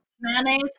mayonnaise